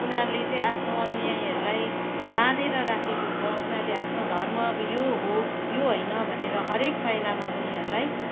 उनीहरूले चाहिँ आफनो अनुयायीहरूलाई बाँधेर राखेको छ उनीहरूले आफनो धर्म यो हो यो होइन भनेर हरेक पाइलामा उनीहरूलाई